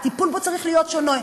הטיפול בו צריך להיות שונה,